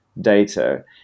data